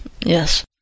yes